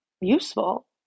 useful